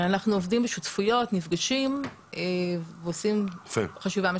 עובדים בשותפויות, נפגשים, ועושים חשיבה משותפת.